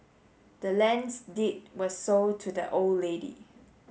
the land's deed was sold to the old lady